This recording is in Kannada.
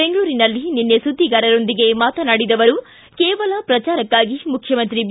ಬೆಂಗಳೂರಿನಲ್ಲಿ ನಿನ್ನೆ ಸುದ್ದಿಗಾರರೊಂದಿಗೆ ಮಾತನಾಡಿದ ಅವರು ಕೇವಲ ಪ್ರಚಾರಕ್ಕಾಗಿ ಮುಖ್ಯಮಂತ್ರಿ ಬಿ